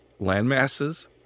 landmasses